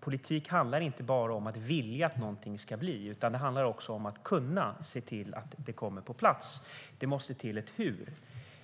Politik handlar inte bara om att vilja att något ska bli utan handlar också om att kunna se till att det kommer på plats. Det måste till ett "hur".